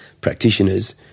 practitioners